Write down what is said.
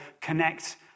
connect